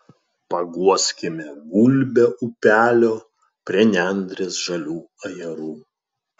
paguoskime gulbę upelio prie nendrės žalių ajerų